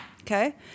okay